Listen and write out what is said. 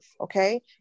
Okay